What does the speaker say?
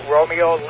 Romeo